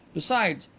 besides,